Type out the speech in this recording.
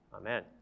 Amen